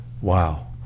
wow